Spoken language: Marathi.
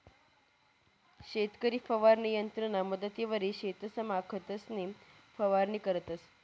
शेतकरी फवारणी यंत्रना मदतवरी शेतसमा खतंसनी फवारणी करतंस